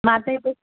मां त हिते